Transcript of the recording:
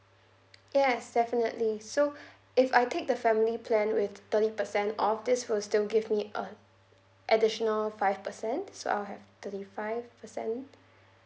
yes definitely so if I take the family plan with thirty percent off this will still give me uh additional five percent so I'll have thirty five percent